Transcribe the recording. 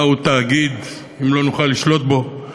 מהו תאגיד אם לא נוכל לשלוט בו,